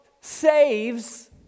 saves